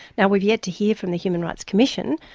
now, we've yet to hear from the human rights commission,